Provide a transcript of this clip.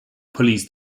police